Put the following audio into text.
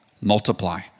multiply